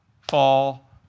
fall